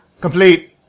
Complete